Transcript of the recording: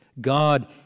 God